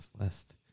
list